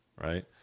right